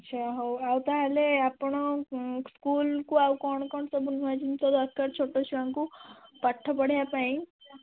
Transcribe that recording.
ଆଚ୍ଛା ହଉ ଆଉ ତା' ହେଲେ ଆପଣ ସ୍କୁଲକୁ ଆଉ କ'ଣ କ'ଣ ସବୁ ନୂଆ ଜିନିଷ ଦରକାର ଛୋଟ ଛୁଆଙ୍କୁ ପାଠ ପଢ଼ାଇବା ପାଇଁ